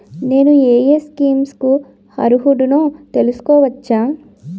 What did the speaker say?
నేను యే యే స్కీమ్స్ కి అర్హుడినో తెలుసుకోవచ్చా?